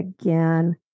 again